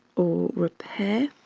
or repair.